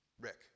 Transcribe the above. Rick